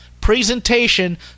presentation